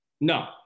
No